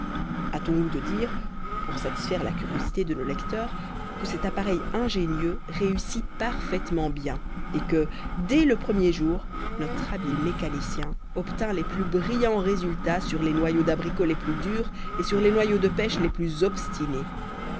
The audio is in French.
hâtons-nous de dire pour satisfaire la curiosité de nos lecteurs que cet appareil ingénieux réussit parfaitement bien et que dès le premier jour notre habile mécanicien obtint les plus brillants résultats sur les noyaux d'abricot les plus durs et sur les noyaux de pêche les plus obstinés